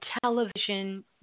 television